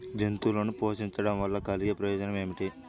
జంతువులను పోషించడం వల్ల కలిగే ప్రయోజనం ఏమిటీ?